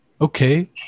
Okay